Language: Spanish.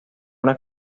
una